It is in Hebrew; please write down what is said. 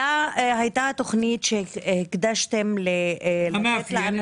הייתה תכנית שהקדשתם --- אמרת לי.